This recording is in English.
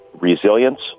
resilience